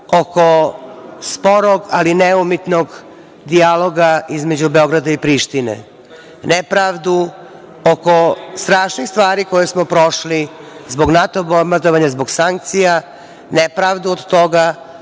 oko sporog, ali neumitnog dijaloga između Beograda i Prištine, nepravdu oko strašnih stvari koje smo prošli zbog NATO bombardovanja, zbog sankcija, nepravdu od toga